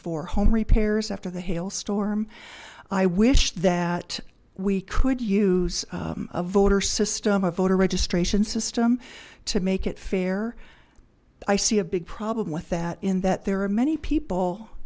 for home repairs after the hail storm i wish that we could use a voter system a voter registration system to make it fair i see a big problem with that in that there are many people